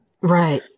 Right